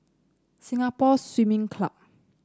Singapore Swimming Club